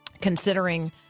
considering